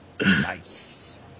Nice